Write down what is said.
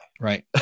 Right